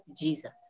Jesus